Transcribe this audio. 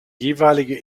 jeweilige